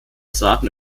traten